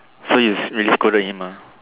so you really scolded him ah